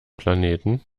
planeten